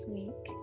week